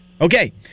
Okay